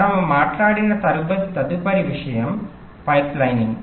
మనము మాట్లాడిన తదుపరి విషయం పైప్లైనింగ్